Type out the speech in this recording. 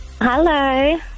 Hello